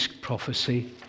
prophecy